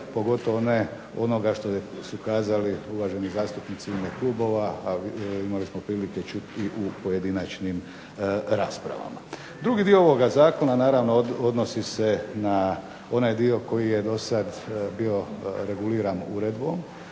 pogotovo ne onoga što su kazali uvaženi zastupnici u ime klubova, a imali smo prilike čuti u pojedinačnim raspravama. Drugi dio ovoga zakona naravno odnosi se na onaj dio koji je dosad bio reguliran uredbom,